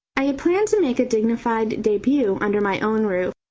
i had planned to make a dignified debut under my own roof,